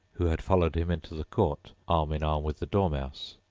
who had followed him into the court, arm-in-arm with the dormouse.